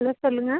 hello சொல்லுங்க